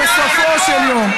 עשית פדיחה, תתנצל.